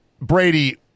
Brady